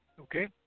Okay